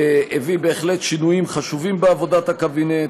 הביא בהחלט שינויים חשובים בעבודת הקבינט.